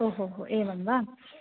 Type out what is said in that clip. ओ हो हो एवं वा